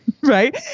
right